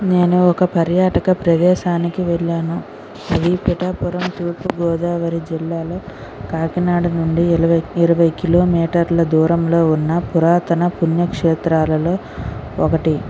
నేను ఒక పర్యాటక ప్రదేశానికి వెళ్ళాను అది పిఠాపురం తూర్పు గోదావరి జిల్లాలో కాకినాడ నుండి ఇలవై ఇరవై కిలోమీటర్ల దూరంలో ఉన్న పురాతన పుణ్యక్షేత్రాలలో ఒకటి